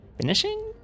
finishing